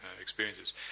experiences